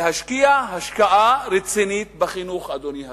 להשקיע השקעה רצינית בחינוך, אדוני השר.